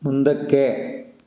ಮುಂದಕ್ಕೆ